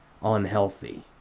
unhealthy